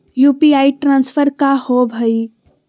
UPI transfer का होव हई?